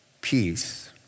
peace